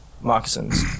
moccasins